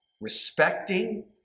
respecting